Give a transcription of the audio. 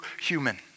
human